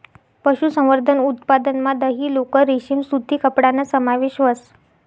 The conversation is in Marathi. पशुसंवर्धन उत्पादनमा दही, लोकर, रेशीम सूती कपडाना समावेश व्हस